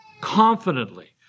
confidently